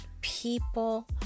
people